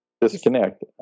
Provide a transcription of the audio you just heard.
Disconnect